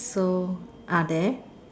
so are there